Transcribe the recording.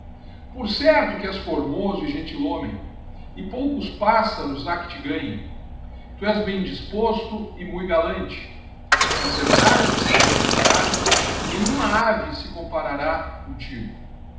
por certo que es formoso e gentilhomem e poucos pássaros ha que te ganhem tu es bem disposto e mui galante se acertaras de saber cantar nenhuma ave se comparara çqíiitigo soberbo o